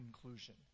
conclusion